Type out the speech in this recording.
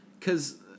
cause